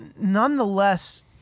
nonetheless